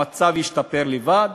המצב ישתפר לבד?